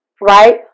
right